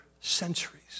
centuries